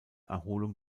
erholung